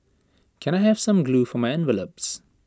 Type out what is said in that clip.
can I have some glue for my envelopes